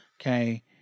okay